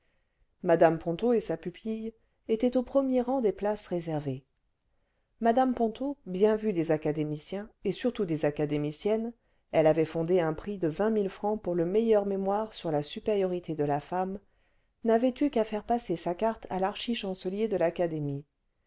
hmc ponto et sa pupille étaient au premier rang des places réservées mm ponto bien vue des académiciens et surtout des académiciennes elle avait fondé un prix de vingt mille francs pour le meilleur mémoire sur la supériorité de lafemme n'avait eu qu'à faire passer sa carte à l'archichancelier cle l'académie